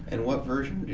and what version,